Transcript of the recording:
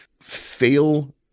fail